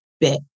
bit